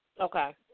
okay